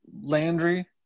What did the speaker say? Landry